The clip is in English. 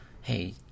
hey